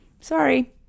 sorry